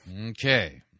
Okay